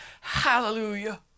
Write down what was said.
Hallelujah